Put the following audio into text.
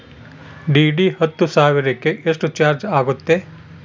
DD ಹತ್ತು ಸಾವಿರಕ್ಕೆ ಎಷ್ಟು ಚಾಜ್೯ ಆಗತ್ತೆ?